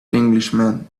englishman